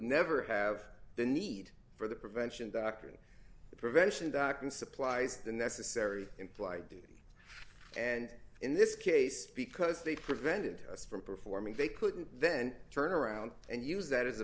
never have the need for the prevention doctrine prevention doctrine supplies the necessary imply duty and in this case because they prevented us from performing they couldn't then turn around and use that a